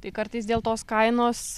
tai kartais dėl tos kainos